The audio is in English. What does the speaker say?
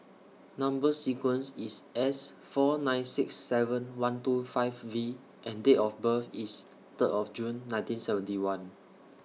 Number sequence IS S four nine six seven one two five V and Date of birth IS Third of June nineteen seventy one